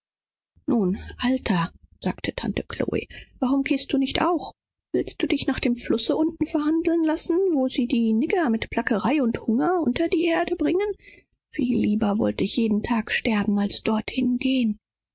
nun alter sagte tante chlo warum gehst du nicht auch willst du warten bis du den fluß nuntergeschleppt wirst wo sie niggers tödten mit schwerer arbeit und hungerleiden ich wollte viel viel lieber sterben als dahin gehen